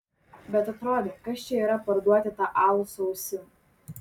bet atrodė kas čia yra parduoti tą alų su ausim